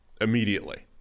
immediately